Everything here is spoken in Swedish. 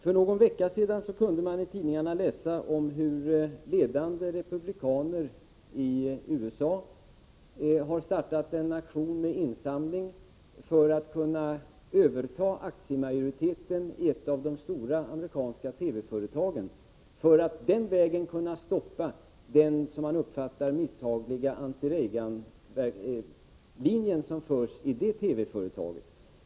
För någon vecka sedan kunde man i tidningarna läsa om hur ledande republikaner i USA har startat en aktion med insamling i syfte att överta aktiemajoriteten i ett av de stora amerikanska TV-företagen. Man vill den vägen stoppa vad man uppfattar som en misshaglig anti-Reaganlinje som drivs av TV-företaget.